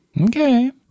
Okay